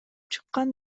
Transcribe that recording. чыккан